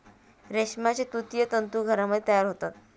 रेशमाचे तुतीचे तंतू घरामध्ये तयार होतात